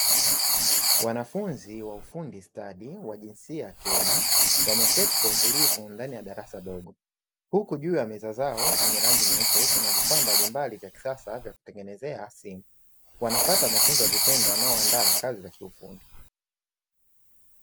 Wanafunzi wa ufundi stadi wa jinsia ya kiume wameketi kwa utulivu ndani ya darasa dogo huku juu ya meza zao zenye rangi nyeupe kuna vifaa mbalimbali vya kisasa vya kutengeneza simu wanapata mafunzo ya vitendo yanayowaandaa kwa kazi za kiufundi.